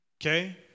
Okay